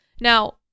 Now